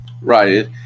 Right